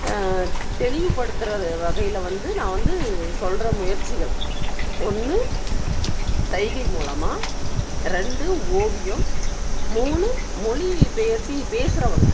தெளிவுப்படுத்துகிறது வகையில் வந்து நான் வந்து சொல்கிற முயற்சிகள் ஒன்று சைகை மூலமாக ரெண்டு ஓவியம் மூணு மொழிப்பெயர்த்து பேசுகிறவங்க